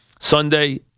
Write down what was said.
Sunday